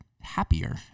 happier